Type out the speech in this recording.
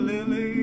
Lily